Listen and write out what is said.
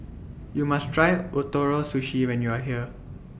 YOU must Try Ootoro Sushi when YOU Are here